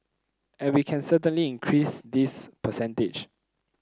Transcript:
and we can certainly increase this percentage